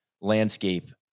landscape